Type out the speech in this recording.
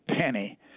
penny